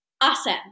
Awesome